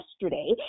yesterday